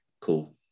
cool